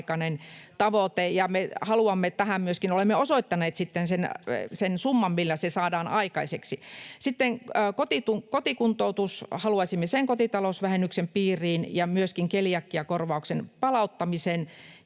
olemme osoittaneet sitten sen summan, millä se saadaan aikaiseksi. Sitten kotikuntoutus — haluaisimme sen kotitalousvähennyksen piiriin ja myöskin keliakiakorvauksen palauttamisen.